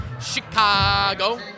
Chicago